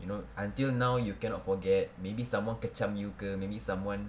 you know until now you cannot forget maybe someone kecam you ke maybe someone